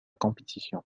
compétition